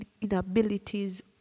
inabilities